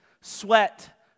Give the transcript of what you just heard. sweat